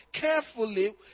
carefully